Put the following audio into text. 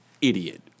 idiot